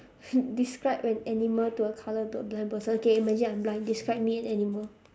describe an animal to a colour bli~ blind person okay imagine I'm blind describe me an animal